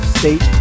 state